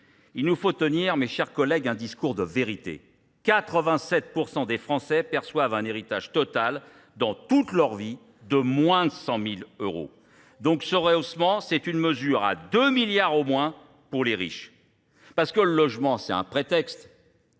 Il nous faut tenir, mes chers collègues, un discours de vérité. 87% des Français perçoivent un héritage total dans toute leur vie de moins de 100 000 euros. Donc ce rehaussement, c'est une mesure à 2 milliards au moins pour les riches. Parce que le logement, c'est un prétexte.